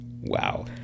Wow